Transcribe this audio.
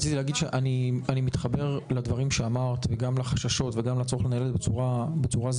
אני מתחבר לדברים שאמרת וגם לחששות וגם לצורך לנהל את זה בצורה זהירה.